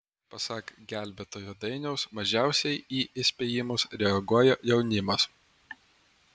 pasak gelbėtojo dainiaus mažiausiai į įspėjimus reaguoja jaunimas